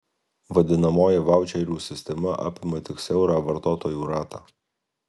vadinamoji vaučerių sistema apima tik siaurą vartotojų ratą